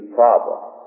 problems